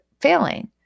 failing